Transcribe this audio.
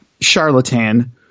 charlatan